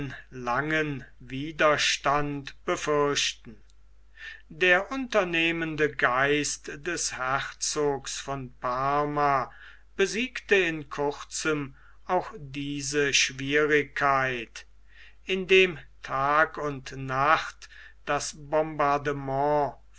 langen widerstand befürchten der unternehmende geist des herzogs von parma besiegte in kurzem auch diese schwierigkeit indem tag und nacht das bombardement